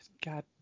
God